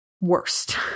Worst